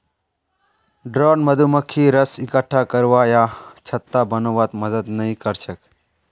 drone मधुमक्खी रस इक्कठा करवा या छत्ता बनव्वात मदद नइ कर छेक